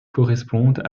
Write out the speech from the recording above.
correspondent